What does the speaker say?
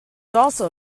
also